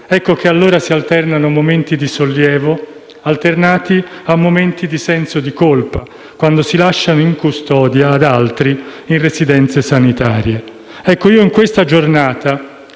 Ecco che allora si alternano momenti di sollievo con momenti di senso di colpa, quando si lasciano in custodia ad altri in residenze sanitarie. Ecco, io in questa giornata